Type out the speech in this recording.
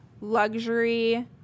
luxury